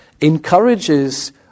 encourages